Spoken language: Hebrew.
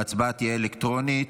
ההצבעה תהיה אלקטרונית.